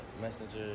Messenger